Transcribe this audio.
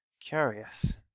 Curious